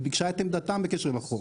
היא ביקשה את עמדתם בקשר לחוק,